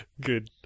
good